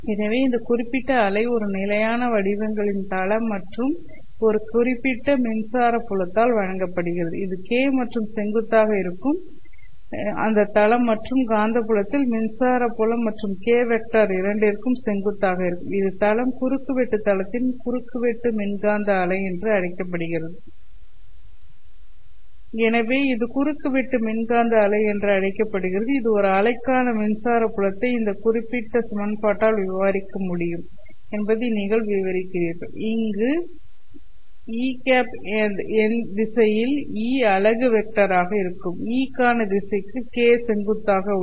எனவே இந்த குறிப்பிட்ட அலை ஒரு நிலையான வடிவங்களின் தளம் மற்றும் ஒரு குறிப்பிட்ட மின்சாரத் புலத்தால் வழங்கப்படுகிறது இது k மற்றும் செங்குத்தாக இருக்கும் அந்த தளம் மற்றும் காந்தப்புலத்தில் மின்சார புலம் மற்றும் k' வெக்டர் இரண்டிற்கும் செங்குத்தாக இருக்கும் அது தளம் குறுக்குவெட்டு தளத்தின் குறுக்குவெட்டு மின்காந்த அலை என அழைக்கப்படுகிறது எனவே இது குறுக்குவெட்டு மின்காந்த அலை என்று அழைக்கப்படுகிறது இது ஒரு அலைக்கான மின்சார புலத்தை இந்த குறிப்பிட்ட சமன்பாட்டால் விவரிக்க முடியும் என்பதை நீங்கள் விவரிக்கிறீர்கள் இங்கு e the திசையில் E அலகு வெக்டராக இருக்கும் E க்கான திசைக்கு K செங்குத்தாக உள்ளது